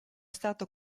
stato